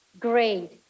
Great